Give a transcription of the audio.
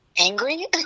Angry